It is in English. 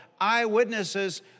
eyewitnesses